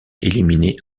éliminée